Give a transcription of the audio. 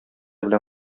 белән